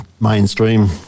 mainstream